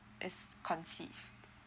is conceived